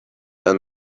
and